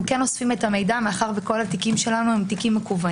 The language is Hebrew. אנחנו אוספים את המידע מאחר שכל התיקים שלנו מקוונים,